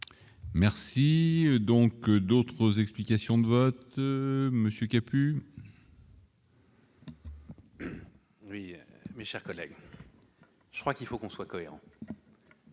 Merci donc d'autres explications de vote ce monsieur qui a pu. Oui mais, chers collègues, je crois qu'il faut qu'on soit cohérent.